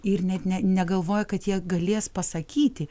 ir net ne negalvoja kad jie galės pasakyti